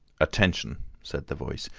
attention, said the voice,